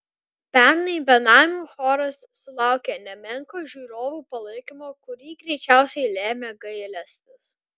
pernai benamių choras sulaukė nemenko žiūrovų palaikymo kurį greičiausiai lėmė gailestis